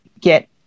get